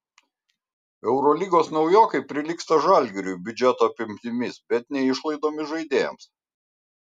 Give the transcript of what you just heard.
eurolygos naujokai prilygsta žalgiriui biudžeto apimtimis bet ne išlaidomis žaidėjams